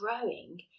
growing